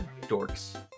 Dorks